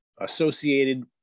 associated